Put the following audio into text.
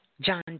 John